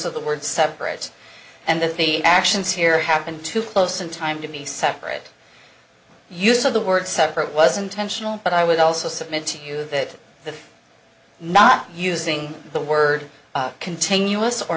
the word separate and that the actions here happened to close in time to be separate use of the word separate was intentional but i would also submit to you that the not using the word continuous or